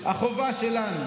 החובה שלנו,